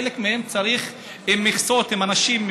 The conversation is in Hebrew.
חלק מהם צריך, עם מכסות, עם אנשים.